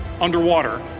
underwater